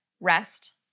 rest